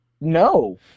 no